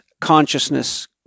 consciousness